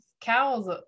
cows